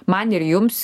man ir jums